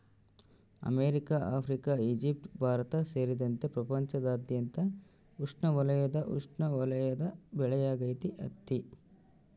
America Africa Egypt Bharat ಸೇರಿದಂತೆ ಪ್ರಪಂಚದಾದ್ಯಂತ ಉಷ್ಣವಲಯದ ಉಪೋಷ್ಣವಲಯದ ಬೆಳೆಯಾಗೈತಿ ಹತ್ತಿ